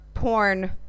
Porn